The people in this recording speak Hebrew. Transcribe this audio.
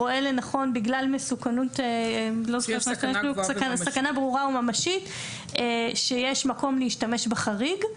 רואה לנכון בגלל שיש סכנה ברורה וממשית שיש מקום להשתמש בחריג.